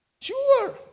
Sure